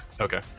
okay